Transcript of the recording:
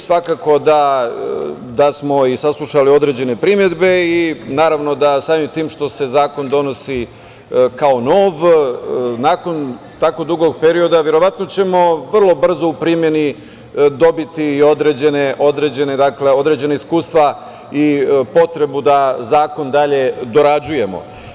Svakako da smo saslušali i određene primedbe i naravno, da samim tim što se zakon donosi kao nov, nakon tako dugog perioda verovatno ćemo vrlo brzo u primeni dobiti i određena iskustva i potrebu da zakon dalje dorađujemo.